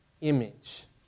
image